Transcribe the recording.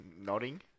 Nodding